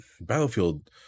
battlefield